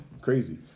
Crazy